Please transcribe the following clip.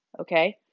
Okay